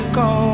go